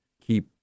keep